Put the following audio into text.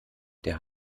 der